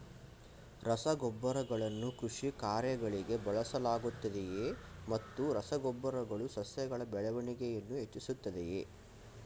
ರಸಗೊಬ್ಬರಗಳನ್ನು ಕೃಷಿ ಕಾರ್ಯಗಳಿಗೆ ಬಳಸಲಾಗುತ್ತದೆಯೇ ಮತ್ತು ರಸ ಗೊಬ್ಬರಗಳು ಸಸ್ಯಗಳ ಬೆಳವಣಿಗೆಯನ್ನು ಹೆಚ್ಚಿಸುತ್ತದೆಯೇ?